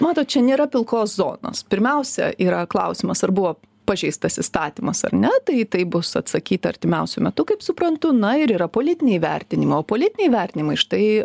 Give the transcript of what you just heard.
matot čia nėra pilkos zonos pirmiausia yra klausimas ar buvo pažeistas įstatymas ar ne tai į tai bus atsakyta artimiausiu metu kaip suprantu na ir yra politiniai vertinimai o politiniai vertinimai štai